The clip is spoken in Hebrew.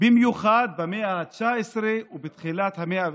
במיוחד במאה ה-19 ובתחילת המאה ה-20.